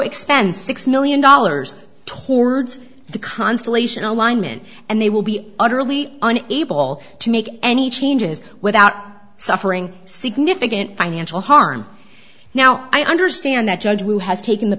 expend six million dollars towards the constellation alignment and they will be utterly an able to make any changes without suffering significant financial harm now i understand that judge who has taken the